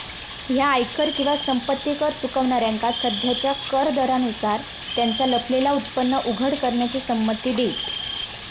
ह्या आयकर किंवा संपत्ती कर चुकवणाऱ्यांका सध्याच्या कर दरांनुसार त्यांचा लपलेला उत्पन्न उघड करण्याची संमती देईत